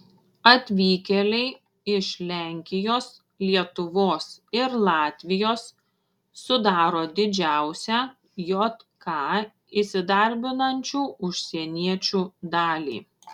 atvykėliai iš lenkijos lietuvos ir latvijos sudaro didžiausią jk įsidarbinančių užsieniečių dalį